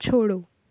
छोड़ो